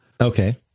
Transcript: Okay